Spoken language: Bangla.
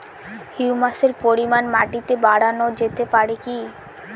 হিউমাসের পরিমান মাটিতে বারানো যেতে পারে কি?